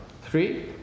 Three